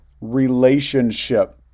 relationship